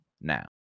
now